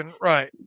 right